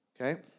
Okay